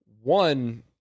one